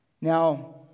Now